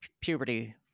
puberty